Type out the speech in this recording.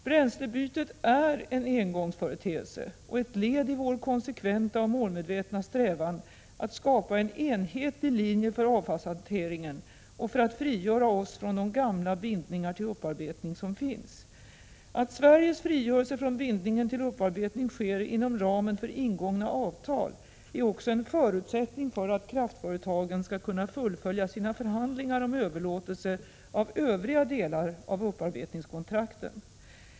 Bränslebytet är en engångsföreteelse och ett led i vår konsekventa och målmedvetna strävan att skapa en enhetlig linje för avfallshanteringen och för att frigöra oss från de gamla bindningar till upparbetning som finns. Att Sveriges frigörelse från bindningen till upparbetning sker inom ramen för ingångna avtal är också en förutsättning för att kraftföretagen skall kunna fullfölja sina förhandlingar om överlåtelse av övriga delar av upparbetningskontrakten.